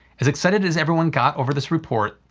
as excited as everyone got over this report,